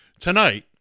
tonight